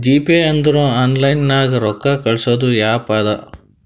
GPay ಅಂದುರ್ online ನಾಗ್ ರೊಕ್ಕಾ ಕಳ್ಸದ್ ಆ್ಯಪ್ ಅದಾ